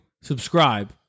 subscribe